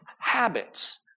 Habits